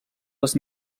les